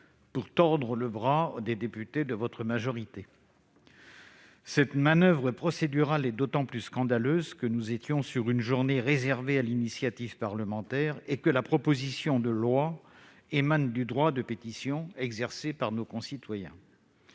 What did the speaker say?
pour tordre le bras des députés de votre majorité. Cette manoeuvre procédurale est d'autant plus scandaleuse qu'il s'agissait d'une journée réservée à l'initiative parlementaire et que la proposition de loi émanait du droit de pétition exercé par nos concitoyens.